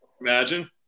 imagine